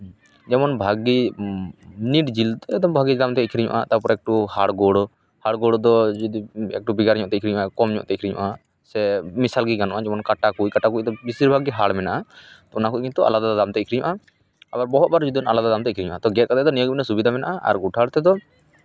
ᱡᱮᱢᱚᱱ ᱵᱷᱟᱜᱮ ᱱᱤᱴ ᱡᱤᱞ ᱮᱠᱫᱚᱢ ᱵᱷᱟᱹᱜᱤ ᱫᱟᱢ ᱛᱮ ᱟᱹᱠᱷᱨᱤᱧᱚᱜᱼᱟ ᱛᱟᱨᱯᱚᱨᱮ ᱮᱠᱴᱩ ᱦᱟᱲᱜᱳᱲ ᱦᱟᱲᱜᱳᱲ ᱫᱚ ᱡᱩᱫᱤ ᱮᱠᱴᱩ ᱵᱷᱮᱜᱟᱨ ᱧᱚᱜ ᱛᱮ ᱟᱹᱠᱷᱨᱤᱧᱚᱜᱼᱟ ᱠᱚᱢ ᱧᱚᱜ ᱛᱮ ᱟᱹᱠᱷᱨᱤᱧᱚᱜᱼᱟ ᱥᱮ ᱢᱮᱥᱟ ᱜᱮ ᱜᱟᱱᱚᱜᱼᱟ ᱡᱮᱢᱚᱱ ᱠᱟᱴᱟ ᱠᱚ ᱠᱟᱴᱟ ᱠᱚᱫᱚ ᱵᱮᱥᱤᱨ ᱵᱷᱟᱜᱽ ᱜᱮ ᱦᱟᱲ ᱢᱮᱱᱟᱜᱼᱟ ᱛᱚ ᱚᱱᱟ ᱠᱚ ᱠᱤᱱᱛᱩ ᱟᱞᱟᱫᱟ ᱫᱟᱢᱛᱮ ᱟᱹᱠᱷᱨᱤᱧᱚᱜᱼᱟ ᱟᱵᱟᱨ ᱵᱚᱦᱚᱜ ᱟᱵᱟᱨ ᱡᱩᱫᱟᱹ ᱟᱞᱟᱫᱟ ᱫᱟᱢ ᱛᱮ ᱟᱹᱠᱷᱨᱤᱧᱚᱜᱼᱟ ᱛᱚ ᱜᱮᱫ ᱠᱟᱛᱮᱜ ᱫᱚ ᱱᱤᱭᱟᱹ ᱜᱮ ᱵᱚᱞᱮ ᱥᱩᱵᱤᱫᱷᱟ ᱢᱮᱱᱟᱜᱼᱟ ᱟᱨ ᱜᱳᱴᱟᱞ ᱛᱮᱫᱚ